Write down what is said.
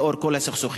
בעקבות כל הסכסוכים.